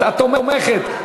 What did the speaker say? את תומכת.